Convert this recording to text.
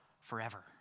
forever